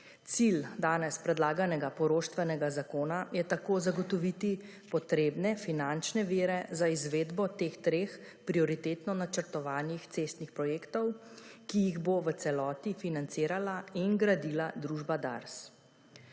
Cilj danes predlaganega poroštvenega zakona je tako zagotoviti potrebne finančne vire za izvedbo teh treh prioritetno načrtovanih cestnih projektov, ki jih bo v celoti financirala in gradila družba DARS.